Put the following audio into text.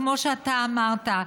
כמו שאתה אמרת,